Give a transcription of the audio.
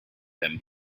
him